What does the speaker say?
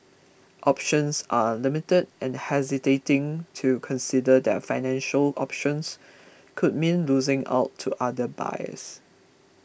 options are limited and hesitating to consider their financial options could mean losing out to other buyers